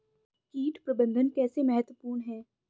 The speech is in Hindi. कीट प्रबंधन कैसे महत्वपूर्ण है?